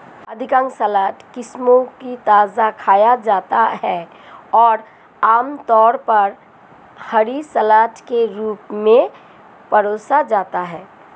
अधिकांश सलाद किस्मों को ताजा खाया जाता है और आमतौर पर हरी सलाद के रूप में परोसा जाता है